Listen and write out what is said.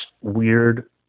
weird